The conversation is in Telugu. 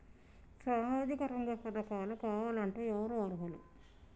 సామాజిక రంగ పథకాలు కావాలంటే ఎవరు అర్హులు?